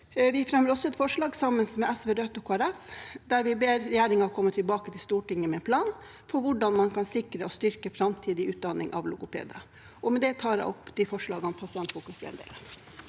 Vi fremmer også et forslag sammen med SV, Rødt og Kristelig Folkeparti der vi ber regjeringen komme tilbake til Stortinget med en plan for hvordan man kan sikre og styrke framtidig utdanning av logopeder. Med det tar jeg opp de forslagene Pasientfokus er